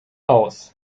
aus